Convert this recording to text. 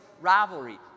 rivalry